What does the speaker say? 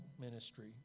ministry